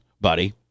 buddy